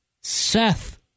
Seth